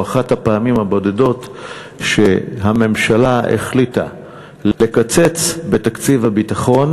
אחת הפעמים הבודדות שהממשלה החליטה לקצץ בתקציב הביטחון,